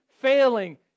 failing